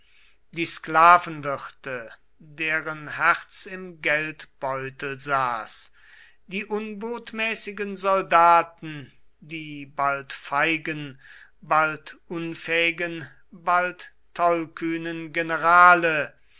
die sklavenwirte deren herz im geldbeutel saß die unbotmäßigen soldaten die bald feigen bald unfähigen bald tollkühnen generale